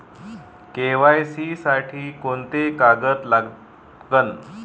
KYC साठी कोंते कागद लागन?